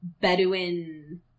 Bedouin